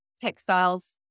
textiles